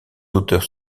auteurs